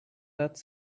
that